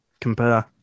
compare